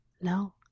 No